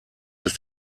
ist